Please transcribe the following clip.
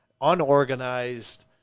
unorganized